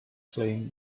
claim